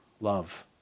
love